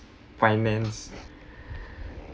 finance